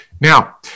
Now